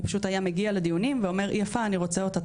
הוא פשוט היה מגיע לדיונים ואומר היא יפה אני רוצה אותה,